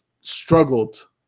struggled